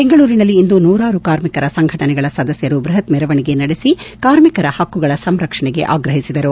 ಬೆಂಗಳೂರಿನಲ್ಲಿ ಇಂದು ನೂರಾರು ಕಾರ್ಮಿಕರ ಸಂಘಟನೆಗಳ ಸದಸ್ಥರು ಬೃಹತ್ ಮೆರವಣಿಗೆ ನಡೆಸಿ ಕಾರ್ಮಿಕರ ಹಕ್ಕುಗಳ ಸಂರಕ್ಷಣೆಗೆ ಆಗ್ರಹಿಸಿದರು